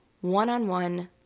one-on-one